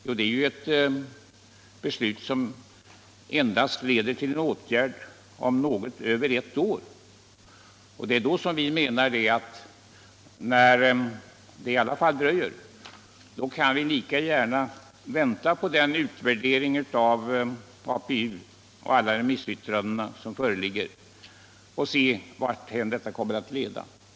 Jo, ett beslut som leder till åtgärd först om något över ett år! När det i alla fall dröjer så länge, kan vi lika gärna —- menar vi — vänta på utvärderingen av APU och alla de remissyttranden som föreligger.